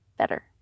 better